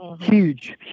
huge